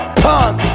punk